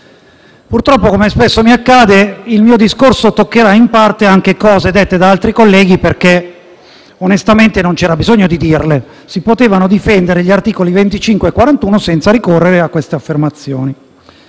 Purtroppo, come spesso mi accade, il mio discorso toccherà in parte anche cose dette da altri colleghi perché, onestamente, non c’era bisogno di dirle: si potevano difendere gli articoli 25 e 41 senza ricorrere a queste affermazioni.